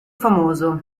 famoso